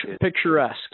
Picturesque